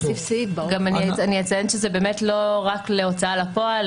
להוסיף סעיף --- אני גם אציין שזה באמת לא רק להוצאה לפועל,